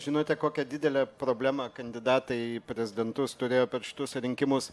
žinote kokią didelę problemą kandidatai į prezidentus turėjo per šituos rinkimus